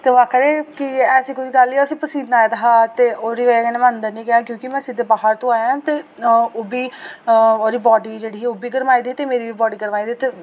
ते ओह् आखा दे कि ऐसी कोई गल्ल असें ई पसीनां आए दा हा ते ओह्दी बजह् कन्नै में अंदर निं गेआ क्योंकि में सिद्धे बाह्र तो आया ते ओह् बी ओह्दी बॉडी जेह्ड़ी ही ओह् बी गरमाई दी ही ते मेरी बॉडी गरमाई दी ही ते